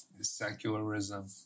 secularism